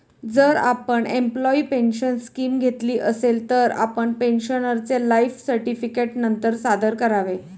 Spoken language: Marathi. जर आपण एम्प्लॉयी पेन्शन स्कीम घेतली असेल, तर आपण पेन्शनरचे लाइफ सर्टिफिकेट नंतर सादर करावे